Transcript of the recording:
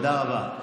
תודה רבה.